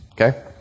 Okay